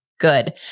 Good